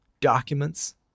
documents